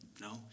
No